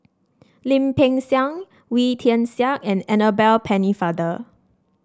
Lim Peng Siang Wee Tian Siak and Annabel Pennefather